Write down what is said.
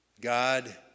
God